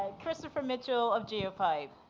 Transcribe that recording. christopher mitchell of geopipe.